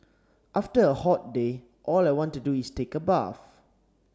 after a hot day all I want to do is take a bath